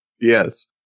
Yes